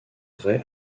ray